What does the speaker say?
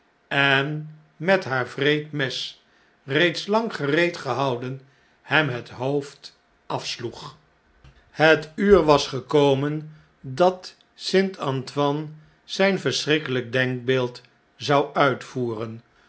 en met haar wreed mes reeds lang gereed gehouden hem hethoofd afsloeg het uur was gekomen dat st a n t o i n e zijn verschrikkelh'k denkbeeld zou uitvoeren